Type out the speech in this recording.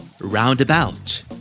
Roundabout